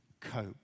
cope